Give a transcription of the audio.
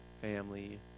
family